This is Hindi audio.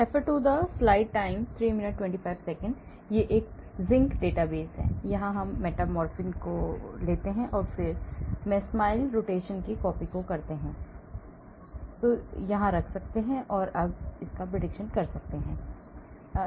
zinc database मैं मेटफॉर्मिन उठाता हूं और फिर मैं SMILES notation की Copy करता हूं और मैं इसे यहां रख सकता हूं अब predicton कर सकता हूं